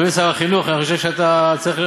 אדוני שר החינוך, אני חושב שאתה צריך,